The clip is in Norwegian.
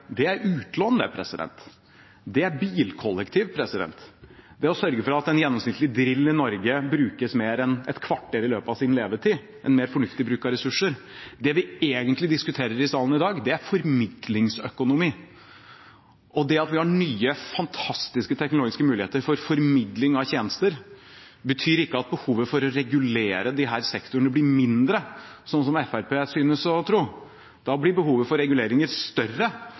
Det er å sørge for at en gjennomsnittlig drill i Norge brukes mer enn et kvarter i løpet av levetiden – en mer fornuftig bruk av ressurser. Det vi egentlig diskuterer i salen i dag, er formidlingsøkonomi, og det at vi har nye, fantastiske teknologiske muligheter for formidling av tjenester, betyr ikke at behovet for å regulere disse sektorene blir mindre, som Fremskrittspartiet synes å tro. Da blir behovet for reguleringer større,